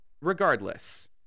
regardless